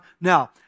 Now